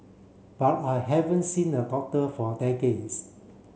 but I haven't seen a doctor for decades